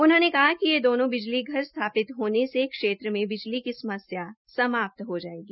उन्होंने कहा कि ये दोनों बिजली घर स्थापित होने से क्षेत्र में बिजली की समस्या समाप्त हो जायेगी